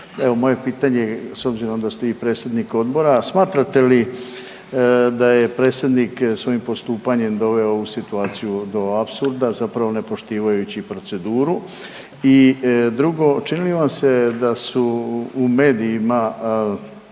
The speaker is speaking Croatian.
moje pitanje je, s obzirom da ste vi predsjednik Odbora. Smatrate li da je predsjednik svojim postupanjem doveo ovu situaciju do apsurda zapravo nepoštivajući proceduru i drugo, čini li vam se da su u medijima